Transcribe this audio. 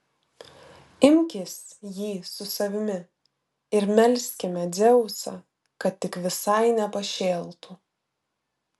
imkis jį su savimi ir melskime dzeusą kad tik visai nepašėltų